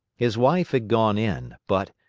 his wife had gone in but,